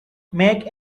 make